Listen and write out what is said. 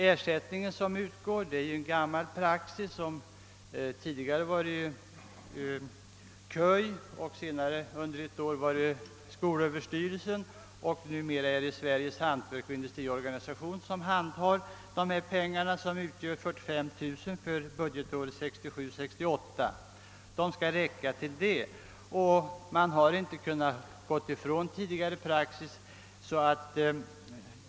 Ersättningen för granskningsarbetet utgår enligt gammal praxis. Tidigare var det KÖY, senare under ett år skolöverstyrelsen och nu är det Sveriges hantverksoch =<industriorganisation som har hand om granskningsanslaget, vilket under budgetåret 1967/68 uppgick till 45000 kronor. De pengarna måste räcka. Man har därför inte kunnat gå ifrån tidigare ersättningspraxis.